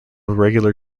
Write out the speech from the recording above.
regular